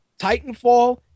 Titanfall